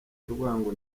urwango